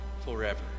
forever